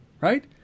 right